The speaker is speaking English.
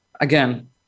Again